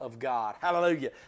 Hallelujah